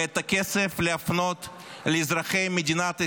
ואת הכסף להפנות לאזרחי מדינת ישראל,